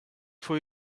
for